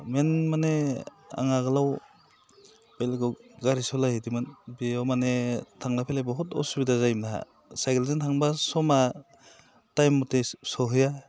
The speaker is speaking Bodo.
मेइन माने आं आगोलाव बेलेगाव गारि सालायहैदोंमोन बेयाव माने थांलाय फैलाय बहुद उसुबिदा जायोमोन आहा साइखेलजों थांब्ला समा टाइम मथे सहैया